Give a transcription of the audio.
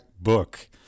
book